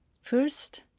First